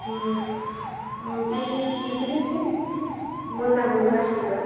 उम ओमफाय बिदिनोसै मोजांबो गाज्रिबो